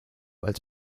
als